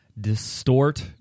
distort